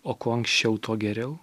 o kuo anksčiau tuo geriau